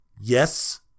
yes